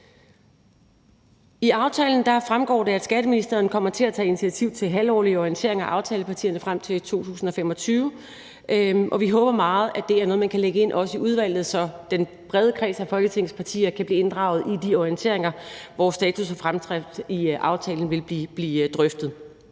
I aftalen fremgår det, at skatteministeren kommer til at tage initiativ til halvårlige orienteringer af aftalepartierne frem til 2025, og vi håber meget, at det også er noget, som man kan lægge ind i udvalget, så den brede kreds af Folketingets partier kan blive inddraget i de orienteringer, hvor status og fremdrift i aftalen vil blive drøftet.